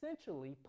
essentially